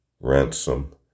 ransom